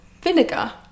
Vinegar